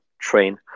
train